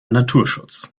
naturschutz